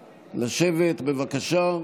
לשבת, בבקשה.